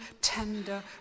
tender